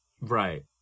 right